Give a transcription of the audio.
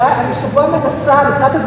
החוק הזה, זו הרצאה מעניינת.